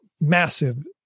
massive